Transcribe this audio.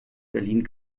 berlin